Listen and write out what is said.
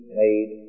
made